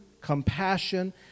compassion